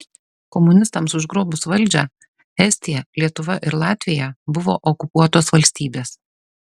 komunistams užgrobus valdžią estija lietuva ir latvija buvo okupuotos valstybės